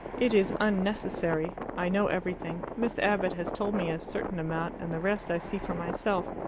it is unnecessary. i know everything. miss abbott has told me a certain amount, and the rest i see for myself.